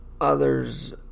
others